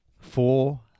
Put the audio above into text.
Four